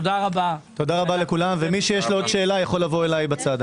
תודה רבה ומי שיש לו עוד שאלה יכול לבוא אליי בצד.